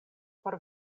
por